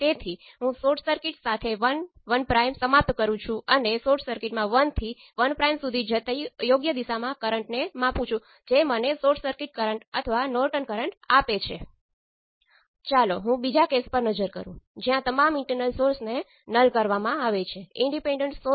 બીજા શબ્દોમાં કહીએ તો તમે બીજા પોર્ટને ઓપન છોડી દો અને તમે કરંટ I1 ને પ્રથમ પોર્ટ પર લાગુ કરો અને તમે V1 અને V2 બંનેને માપો